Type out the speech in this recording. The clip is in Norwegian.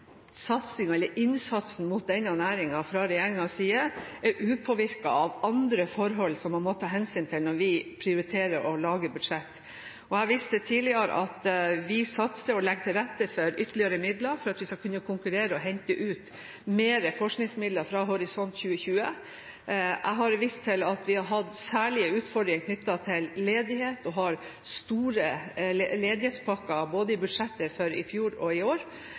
eller innsatsen mot denne næringen fra regjeringens side er upåvirket av andre forhold som vi må ta hensyn til når vi prioriterer og lager budsjett. Jeg har tidligere vist til at vi satser og legger til rette for ytterligere midler for at vi skal kunne konkurrere og hente ut mer forskningsmidler fra Horisont 2020. Jeg har vist til at vi har hatt særlige utfordringer knyttet til ledighet og har store ledighetspakker både i budsjettet for i år og